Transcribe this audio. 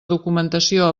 documentació